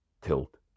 Tilt